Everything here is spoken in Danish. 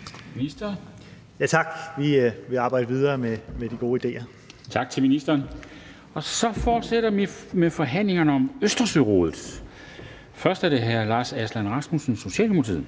12:17 Formanden (Henrik Dam Kristensen): Tak til ministeren. Så fortsætter vi med forhandlingerne om Østersørådet. Det er først hr. Lars Aslan Rasmussen, Socialdemokratiet.